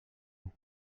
êtes